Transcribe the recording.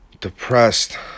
Depressed